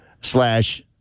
slash